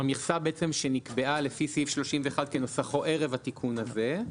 זאת אומרת מכסה שנקבעה לפי סעיף 31 כנוסחו ערב התיקון הזה.